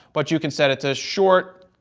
but you can set it to short,